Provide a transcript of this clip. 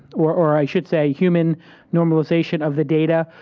or or i should say human normalization of the data,